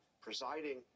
presiding